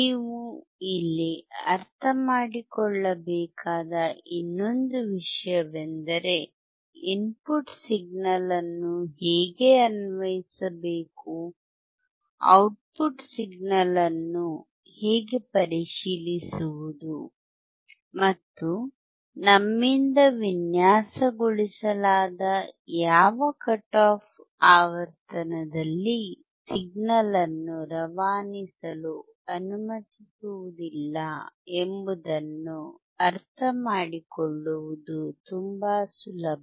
ನೀವು ಇಲ್ಲಿ ಅರ್ಥಮಾಡಿಕೊಳ್ಳಬೇಕಾದ ಇನ್ನೊಂದು ವಿಷಯವೆಂದರೆ ಇನ್ಪುಟ್ ಸಿಗ್ನಲ್ ಅನ್ನು ಹೇಗೆ ಅನ್ವಯಿಸಬೇಕು ಔಟ್ಪುಟ್ ಸಿಗ್ನಲ್ ಅನ್ನು ಹೇಗೆ ಪರಿಶೀಲಿಸುವುದು ಮತ್ತು ನಮ್ಮಿಂದ ವಿನ್ಯಾಸಗೊಳಿಸಲಾದ ಯಾವ ಕಟ್ ಆಫ್ ಆವರ್ತನದಲ್ಲಿ ಸಿಗ್ನಲ್ ಅನ್ನು ರವಾನಿಸಲು ಅನುಮತಿಸುವುದಿಲ್ಲ ಎಂಬುದನ್ನು ಅರ್ಥಮಾಡಿಕೊಳ್ಳುವುದು ತುಂಬಾ ಸುಲಭ